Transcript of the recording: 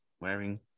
wearing